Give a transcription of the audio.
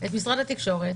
את משרד התקשורת,